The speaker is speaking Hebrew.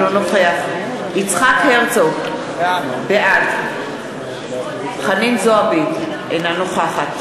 אינו נוכח יצחק הרצוג, בעד חנין זועבי, אינה נוכחת